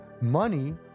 Money